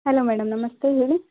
hello madam ನಮಸ್ತೇ ಹೇಳಿ